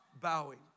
bowing